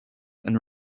and